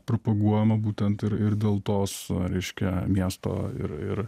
propaguojama būtent ir ir dėl tos reiškia miesto ir ir